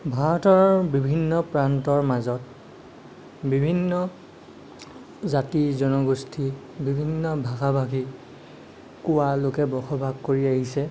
ভাৰতৰ বিভিন্ন প্ৰান্তৰ মাজত বিভিন্ন জাতি জনগোষ্ঠী বিভিন্ন ভাষা ভাষী কোৱা লোকে বসবাস কৰি আহিছে